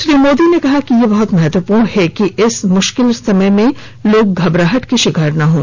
श्री मोदी ने कहा कि यह बहुत महत्वपूर्ण है कि इस मुश्किल समय में लोग घबराहट के शिकार न हों